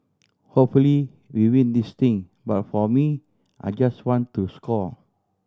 hopefully we win this thing but for me I just want to score